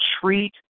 treat